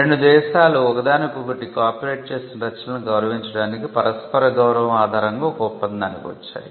రెండు దేశాలు ఒకదానికొకటి కాపీరైట్ చేసిన రచనలను గౌరవించటానికి పరస్పర గౌరవం ఆధారంగా ఒక ఒప్పందానికి వచ్చాయి